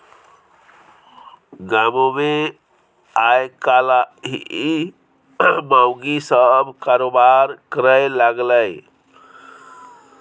गामोमे आयकाल्हि माउगी सभ कारोबार करय लागलै